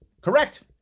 Correct